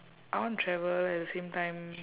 I want to travel at the same time